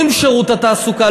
עם שירות התעסוקה,